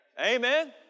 Amen